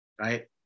right